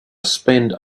spend